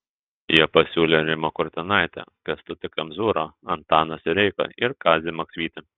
jie pasiūlė rimą kurtinaitį kęstutį kemzūrą antaną sireiką ir kazį maksvytį